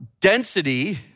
density